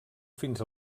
fins